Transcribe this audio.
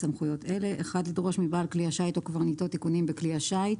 בסמכויות אלה: לדרוש מבעל כלי השיט או קברניטו תיקונים בכלי השיט.